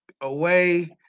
away